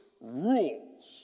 rules